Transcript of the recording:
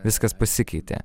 viskas pasikeitė